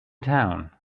town